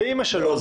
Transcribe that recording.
ואמא שלו....